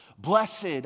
Blessed